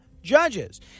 Judges